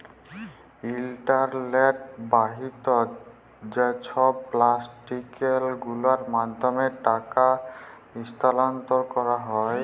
ইলটারলেট বাহিত যা ছব এপ্লিক্যাসল গুলার মাধ্যমে টাকা ইস্থালাল্তর ক্যারা হ্যয়